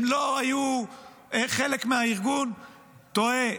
הם לא היו חלק מהארגון, טועה.